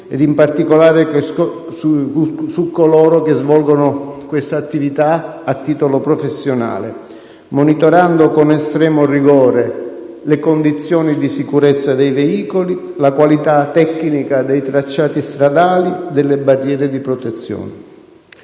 ed in particolare su coloro che svolgono quest’attivita a titolo professionale, monitorando con estremo rigore le condizioni di sicurezza dei veicoli, la qualita` tecnica dei tracciati stradali, delle barriere di protezione.